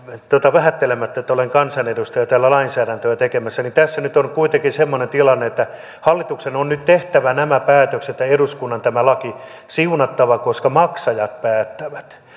vähättelemättä olenhan kansanedustaja täällä lainsäädäntöä tekemässä nyt on kuitenkin semmoinen tilanne että hallituksen on nyt tehtävä nämä päätökset ja eduskunnan tämä laki siunattava koska maksajat päättävät